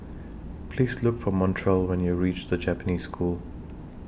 Please Look For Montrell when YOU REACH The Japanese School